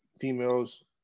females